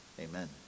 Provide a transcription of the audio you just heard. Amen